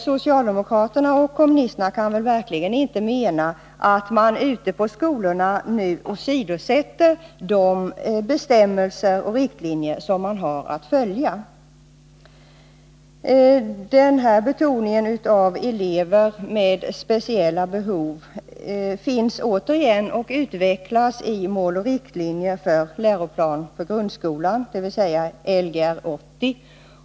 Socialdemokraterna och kommunisterna kan väl inte mena att man ute på skolorna nu åsidosätter de bestämmelser och riktlinjer som man har att följa? Denna betoning av elever med speciella behov återfinns och utvecklas också i Mål och riktlinjer för läroplan för grundskolan, Lgr 80.